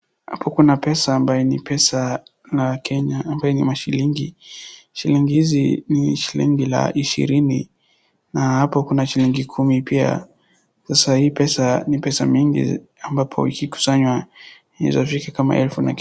Hapa kuna pesa ambayo ni pesa la Kenya ambaye ni mashilingi. Shilingi hizi ni shilingi la ishirini na hapo kuna shilingi kumi pia. Sasa hii pesa ni pesa mingi ambapo ikikusanywa inaweza fika kama elfu na kitu...